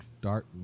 Dark